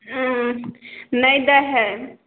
उ नहि दै हय